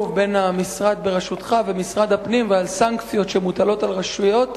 בין המשרד בראשותך ומשרד הפנים ועל סנקציות שמוטלות על רשויות,